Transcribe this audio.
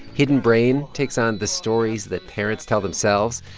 hidden brain takes on the stories that parents tell themselves.